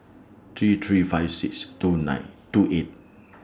three three five six two nine two eight